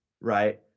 Right